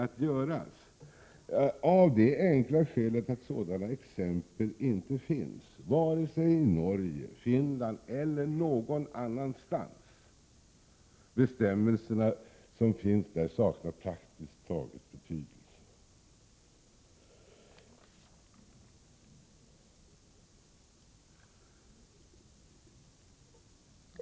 Skälet är enkelt: det finns inga sådana exempel, vare sig i Norge, Finland eller någon annanstans. De bestämmelser som finns saknar praktiskt taget betydelse.